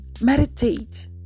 Meditate